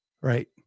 right